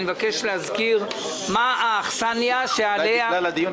אני מבקש להזכיר מה האכסניה שעליה אנחנו